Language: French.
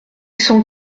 cent